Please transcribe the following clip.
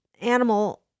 animal